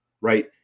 right